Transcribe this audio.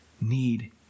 need